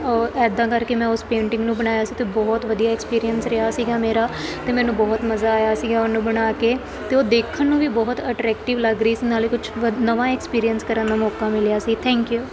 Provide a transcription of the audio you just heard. ਇੱਦਾਂ ਕਰਕੇ ਮੈਂ ਉਸ ਪੇਂਟਿੰਗ ਨੂੰ ਬਣਾਇਆ ਸੀ ਅਤੇ ਬਹੁਤ ਵਧੀਆ ਐਕਸਪੀਰੀਅੰਸ ਰਿਹਾ ਸੀਗਾ ਮੇਰਾ ਅਤੇ ਮੈਨੂੰ ਬਹੁਤ ਮਜ਼ਾ ਆਇਆ ਸੀਗਾ ਉਹਨੂੰ ਬਣਾ ਕੇ ਅਤੇ ਉਹ ਦੇਖਣ ਨੂੰ ਵੀ ਬਹੁਤ ਅਟਰੈਕਟਿਵ ਲੱਗ ਰਹੀ ਸੀ ਨਾਲੇ ਕੁਛ ਵ ਨਵਾਂ ਐਕਸਪੀਰੀਅੰਸ ਕਰਨ ਦਾ ਮੌਕਾ ਮਿਲਿਆ ਸੀ ਥੈਂਕ ਯੂ